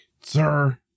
Sir